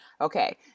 Okay